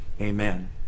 amen